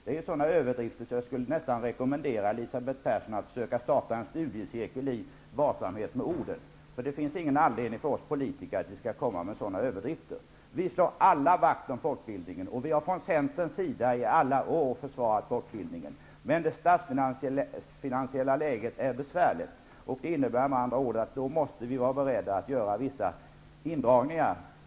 Det är sådana överdrifter att jag nästan skulle vilja rekommendera Elisabeth Persson att starta en studicirkel i varsamhet med orden. Det finns ingen anledning för oss politiker att komma med sådana överdrifter. Vi slår alla vakt om folkbildningen. Vi har från Centerns sida i alla år försvarat folkbildningen. Men det statsfinansiella läget är besvärligt. Det innebär att vi måste vara beredda att göra vissa indragningar.